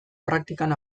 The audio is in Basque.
praktikan